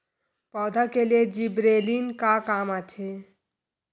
पौधा के लिए जिबरेलीन का काम आथे?